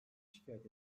şikayet